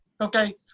okay